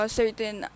certain